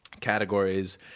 categories –